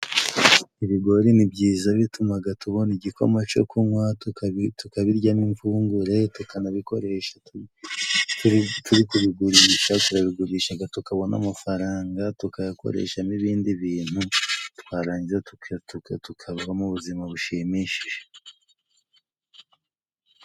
Ibigori ni byiza bitumaga tubona igikoma co kunywa tukabiryamo imvungure tukanabikoresha turi kubigurisha turabigurishaga tukabona amafaranga tukayakoreshamo ibindi bintu twarangiza tukabaho mu buzima bushimishije.